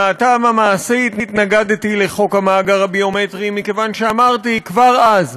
מהטעם המעשי התנגדתי לחוק המאגר הביומטרי מכיוון שאמרתי כבר אז,